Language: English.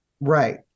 Right